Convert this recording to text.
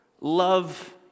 love